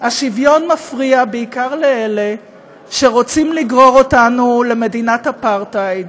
השוויון מפריע בעיקר לאלה שרוצים לגרור אותנו למדינת אפרטהייד.